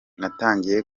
natangiye